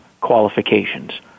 qualifications